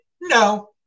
No